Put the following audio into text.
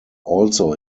also